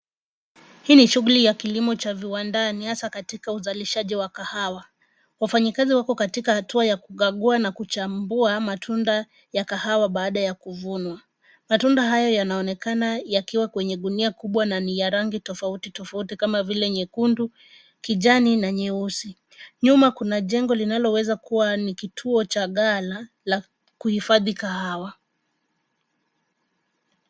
Hii ni shughuli ya kilimo cha viwandani, hasa katika uzalishaji wa kahawa. Wafanyikazi wako katika hatua ya kugagua na kuchambua matunda ya kahawa baada ya kuvunwa. Matunda hayo yanaonekana yakiwa kwenye gunia kubwa na ni ya rangi tofauti tofauti kama vile: nyekundu, kijani na nyeusi. Nyuma kuna jengo linaloweza kuwa ni kituo cha ghala la kuhifadhi kahawa.